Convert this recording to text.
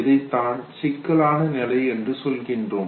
இதைத்தான் சிக்கலான நிலை என்று சொல்கின்றோம்